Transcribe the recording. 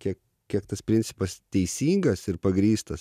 kiek kiek tas principas teisingas ir pagrįstas